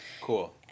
Cool